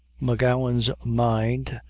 m'gowan's mind,